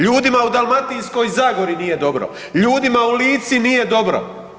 Ljudima u Dalmatinskoj zagori nije dobro, ljudima u Lici nije dobro.